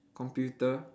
computer